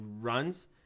runs